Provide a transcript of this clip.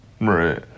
Right